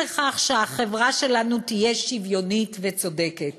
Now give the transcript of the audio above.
לכך שהחברה שלנו תהיה שוויונית וצודקת.